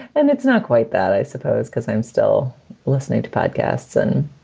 and it's not quite that, i suppose, because i'm still listening to podcasts and